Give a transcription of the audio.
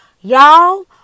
y'all